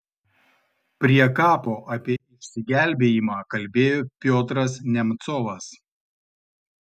prie kapo apie išsigelbėjimą kalbėjo piotras nemcovas